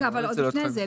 רגע, עוד לפני כן.